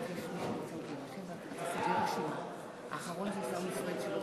ההצעה לכלול את הנושא בסדר-היום של הכנסת נתקבלה.